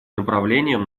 направлением